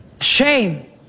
Shame